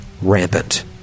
Rampant